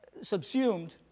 subsumed